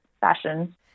fashion